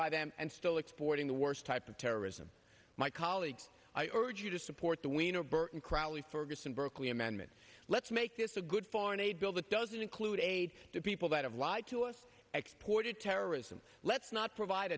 by them and still exporting the worst type of terrorism my colleagues i urge you to support the winner burton crowley ferguson berkeley amendment let's make this a good foreign aid bill that doesn't include aid to people that have lied to us exported terrorism let's not provide